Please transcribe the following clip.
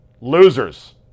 losers